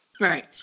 Right